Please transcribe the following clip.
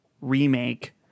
remake